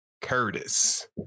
curtis